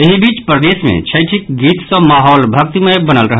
एहि बीच प्रदेश मे छठिक गीत सँ माहौल भक्तिमय बनल रहल